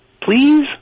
Please